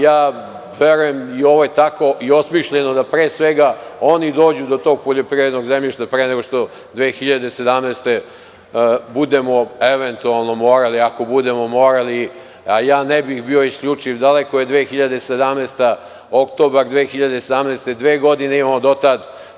Ja verujem, ovo je tako i osmišljeno da pre svega oni dođu do tog poljoprivrednog zemljišta pre nego što 2017. godine budemo eventualno morali, ako budemo morali, ja ne bih bio isključiv, daleko je 2017. godina, oktobar 2017. godine, dve godine imamo do tada.